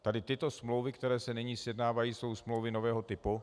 Tady tyto smlouvy, které se nyní sjednávají, jsou smlouvy nového typu.